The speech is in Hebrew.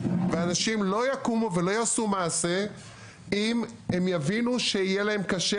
ואנשים לא יקומו ולא יעשו מעשה אם הם יבינו שיהיה להם קשה